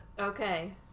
Okay